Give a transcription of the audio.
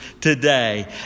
today